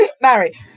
Mary